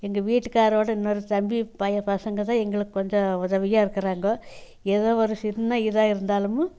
எங்கள் வீட்டுக்காரோடய இன்னொரு தம்பி பய பசங்கதாந் எங்களுக்கு கொஞ்சோம் உதவியாக இருக்கிறாங்கோ ஏதோ ஒரு சின்ன இதாக இருந்தாலும்